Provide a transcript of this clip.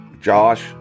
Josh